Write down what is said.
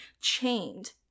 chained